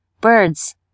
birds